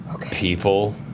People